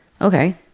Okay